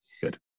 Good